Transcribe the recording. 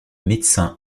médecin